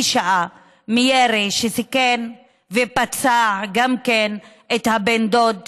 שעה אחרי ירי שסיכן ופצע את הבן דוד שלה.